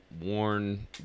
worn